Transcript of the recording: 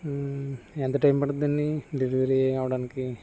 ఎంత టైం పడుతుందండి డెలివరీ అవ్వడానికి